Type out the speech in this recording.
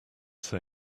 say